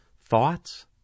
Thoughts